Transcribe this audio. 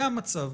זה המצב.